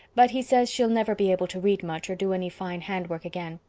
but he says she'll never be able to read much or do any fine hand-work again.